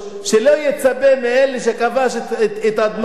שלא יצפה מאלה שכבש את אדמתם,